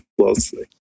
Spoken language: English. closely